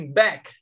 back